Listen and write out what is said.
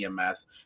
EMS